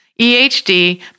EHD